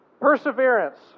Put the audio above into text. Perseverance